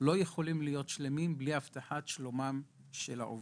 לא יכולים להיות שלמים בלי הבטחת שלומם של העובדים.